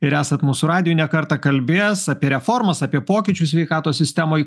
ir esat mūsų radijui ne kartą kalbėjęs apie reformas apie pokyčius sveikatos sistemoj